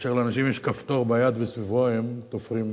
יש לי בעיה כאשר לאנשים יש כפתור ביד וסביבו הם תופרים חליפה,